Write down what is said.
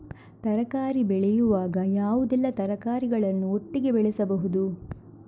ತರಕಾರಿ ಬೆಳೆಯುವಾಗ ಯಾವುದೆಲ್ಲ ತರಕಾರಿಗಳನ್ನು ಒಟ್ಟಿಗೆ ಬೆಳೆಸಬಹುದು?